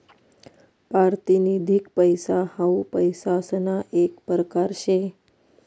पारतिनिधिक पैसा हाऊ पैसासना येक परकार शे